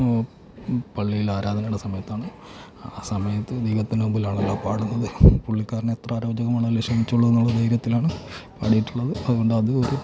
പള്ളിയിൽ ആരാധനയുടെ സമയത്താണ് ആ സമയത്ത് ദൈവത്തിൻ്റെ മുമ്പിലാണല്ലോ പാടുന്നത് പുള്ളിക്കാരന് എത്ര അരൗചകമാണെങ്കിലും ക്ഷമിച്ചുകൊള്ളും എന്നുള്ള ധൈര്യത്തിലാണ് പാടിയിട്ടുള്ളത് അതുകൊണ്ട് അത് ഒരു